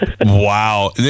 Wow